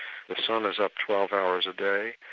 the sun is up twelve hours a day,